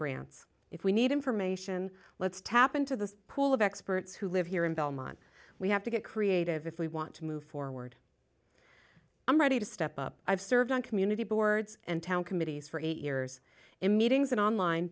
grants if we need information let's tap into this pool of experts who live here in belmont we have to get creative if we want to move forward i'm ready to step up i've served on community boards and town committees for eight years in meetings and on line